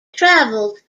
traveled